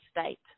state